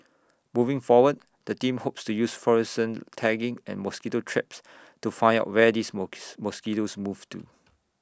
moving forward the team hopes to use fluorescent tagging and mosquito traps to find out where these mosquitoes move to